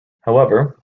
however